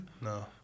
No